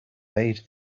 bade